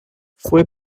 fue